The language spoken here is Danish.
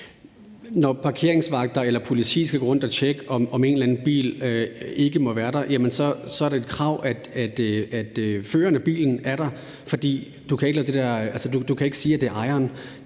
når parkeringsvagter eller politiet skal gå rundt og tjekke, om en eller anden bil ikke må være der, så er det et krav, at føreren af bilen er der, fordi man ikke kan sige, at det er ejeren,